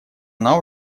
она